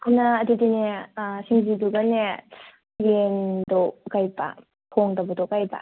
ꯍꯣꯏ ꯅꯪ ꯑꯗꯨꯗꯤꯅꯦ ꯁꯤꯡꯖꯨꯗꯨꯒꯅꯦ ꯌꯦꯟꯗꯣ ꯀꯔꯤꯕ ꯊꯣꯡꯗꯕꯗꯣ ꯀꯔꯤꯕ